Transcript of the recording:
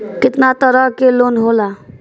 केतना तरह के लोन होला?